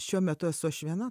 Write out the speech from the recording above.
šiuo metu esu aš viena